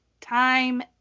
time